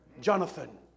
Jonathan